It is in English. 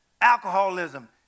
alcoholism